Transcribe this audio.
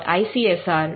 icsr